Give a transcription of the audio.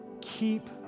Keep